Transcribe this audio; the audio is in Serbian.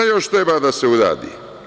Šta još treba da se uradi?